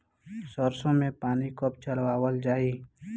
सरसो में पानी कब चलावल जाई?